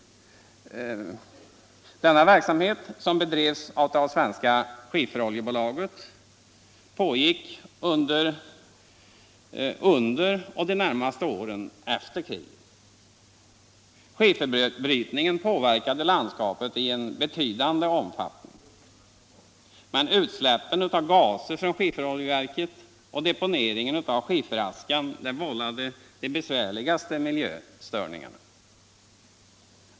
Denna verksamhet, som bedrevs av Svenska Skifferoljeaktiebolaget, pågick under och de närmaste åren efter kriget. Skifferbrytningen påverkade landskapet i betydande omfattning. Men utsläppen av gaser från skifferoljeverket och deponeringen av skifferaskan vållade de besvärligaste miljöstörningarna.